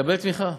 תקבל תמיכה.